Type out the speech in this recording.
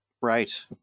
Right